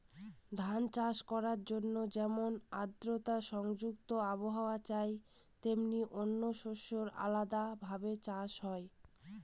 ধান চাষ করার জন্যে যেমন আদ্রতা সংযুক্ত আবহাওয়া চাই, তেমনি অনেক শস্যের আলাদা ভাবে চাষ হয়